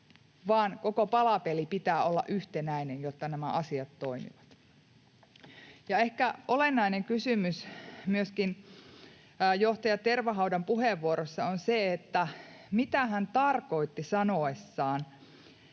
koko palapelin pitää olla yhtenäinen, jotta nämä asiat toimivat. Ehkä olennainen kysymys myöskin johtaja Tervahaudan puheenvuorossa on se, mitä hän tarkoitti sanoessaan,